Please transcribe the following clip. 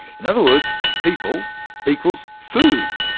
in other words, people equal food.